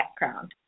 background